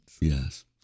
Yes